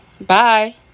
Bye